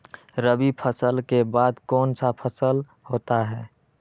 रवि फसल के बाद कौन सा फसल होता है?